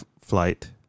flight